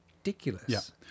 ridiculous